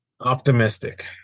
Optimistic